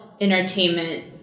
entertainment